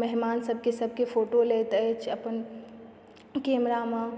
मेहमान सभके सभके फोटो लैत अछि अपन कैमरामऽ